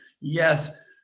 yes